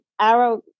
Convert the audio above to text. arrow